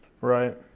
Right